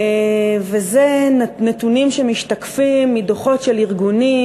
וזה נתונים שמשתקפים מדוחות של ארגונים,